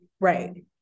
right